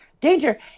danger